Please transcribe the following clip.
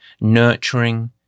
nurturing